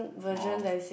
orh